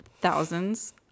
thousands